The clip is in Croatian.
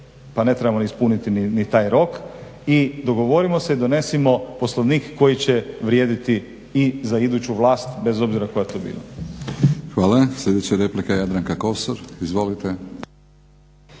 pa ne trebamo ispuniti ni taj rok. I dogovorimo se i donesimo Poslovnik koji će vrijediti i za iduću vlast, bez obzira koja to bila.